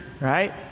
right